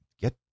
get